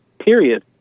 period